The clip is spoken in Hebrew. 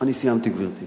אני סיימתי, גברתי.